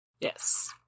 Yes